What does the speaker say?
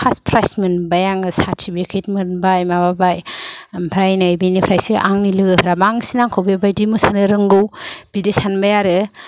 first prize मोनबाय आङो certificate मोनबाय माबाबाय ओमफ्राय नै बेनिफ्रायसो आंनि लोगोफ्रा बांसिन आंखौ बेबादि मोसानो रोंगौ बिदि सानबाय आरो